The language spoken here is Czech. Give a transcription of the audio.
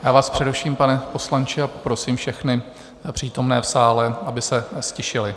Já vás přeruším, pane poslanče, a poprosím všechny přítomné v sále, aby se ztišili.